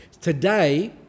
Today